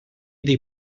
dei